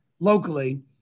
locally